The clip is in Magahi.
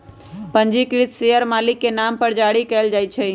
पंजीकृत शेयर मालिक के नाम पर जारी कयल जाइ छै